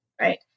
right